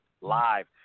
live